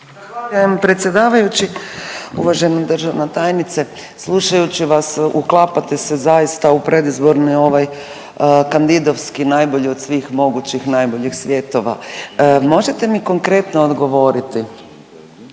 Zahvaljujem predsjedavajući. Uvažena državna tajnice, slušajući vas uklapate se zaista u predizborni ovaj kandidavski najbolji od svih mogućih najboljih svjetova. Možete mi konkretno odgovoriti